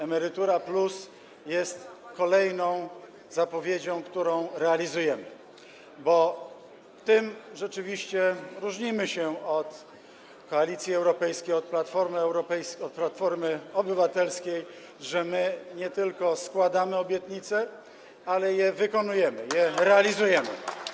Emerytura+” jest kolejną zapowiedzią, którą realizujemy, bo tym rzeczywiście różnimy się od Koalicji Europejskiej, od Platformy Obywatelskiej, że my nie tylko składamy obietnice, ale je wykonujemy, realizujemy.